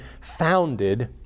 founded